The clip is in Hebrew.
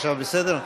עכשיו בסדר?